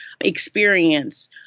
experience